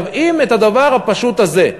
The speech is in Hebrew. אם את הדבר הפשוט הזה,